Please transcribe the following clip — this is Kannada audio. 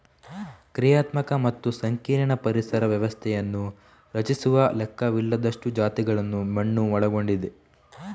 ಕ್ರಿಯಾತ್ಮಕ ಮತ್ತು ಸಂಕೀರ್ಣ ಪರಿಸರ ವ್ಯವಸ್ಥೆಯನ್ನು ರಚಿಸುವ ಲೆಕ್ಕವಿಲ್ಲದಷ್ಟು ಜಾತಿಗಳನ್ನು ಮಣ್ಣು ಒಳಗೊಂಡಿದೆ